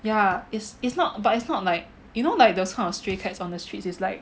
yeah it's it's not but it's not like you know like those kind of stray cats on the streets is like